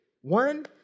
One